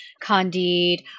Candide